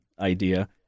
idea